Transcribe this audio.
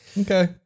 Okay